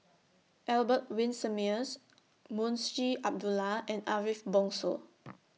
Albert Winsemius Munshi Abdullah and Ariff Bongso